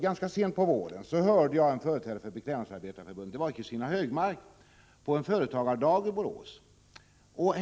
Ganska sent föregående vår hörde jag en representant för Beklädnadsarbetarnas förbund, Kristina Högmark, tala på en företagardag i Borås.